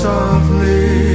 Softly